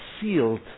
sealed